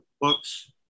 books